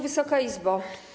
Wysoka Izbo!